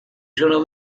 sono